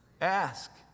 ask